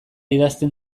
idazten